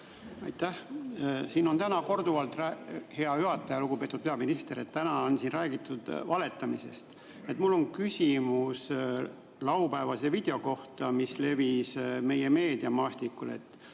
palun! Siin on täna korduvalt, hea juhataja ja lugupeetud peaminister, räägitud valetamisest. Mul on küsimus laupäevase video kohta, mis levis meie meediamaastikul. Ma